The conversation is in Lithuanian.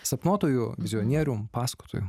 sapnuotoju misionierium pasakotoju